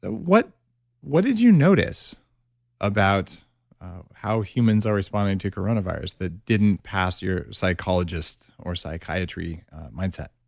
ah what what did you notice about how humans are responding to coronavirus that didn't pass your psychologist or psychiatry mindset?